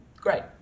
great